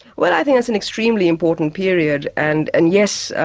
well i guess an extremely important period and and yes,